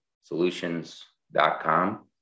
solutions.com